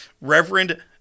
Reverend